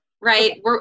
right